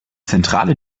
zentrale